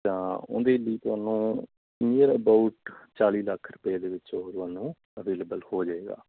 ਤਾਂ ਉਹਦੇ ਲਈ ਤੁਹਾਨੂੰ ਨੀਅਰ ਅਬਾਊਟ ਚਾਲੀ ਲੱਖ ਰੁਪਏ ਦੇ ਵਿੱਚ ਉਹ ਤੁਹਾਨੂੰ ਅਵੇਲੇਬਲ ਹੋ ਜਾਵੇਗਾ